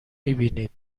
میبینید